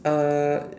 uh